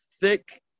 thick